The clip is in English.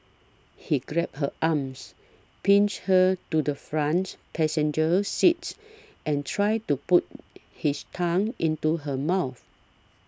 he grabbed her arms pinch her to the front passenger seat and tried to put his tongue into her mouth